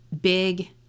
big